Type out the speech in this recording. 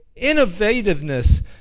innovativeness